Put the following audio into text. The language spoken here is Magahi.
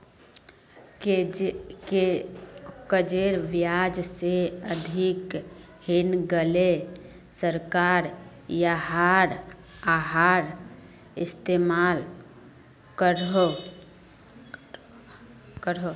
कर्जेर ब्याज से अधिक हैन्गेले सरकार याहार इस्तेमाल करोह